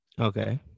Okay